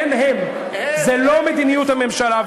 אין הם, זה לא מדיניות הממשלה.